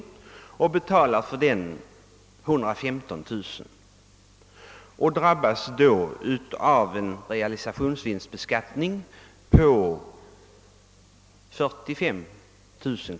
För den villan betalar familjen 115 000 kronor och realisationsvinsten på 45 000 kronor blir föremål för beskattning.